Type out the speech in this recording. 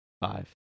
Five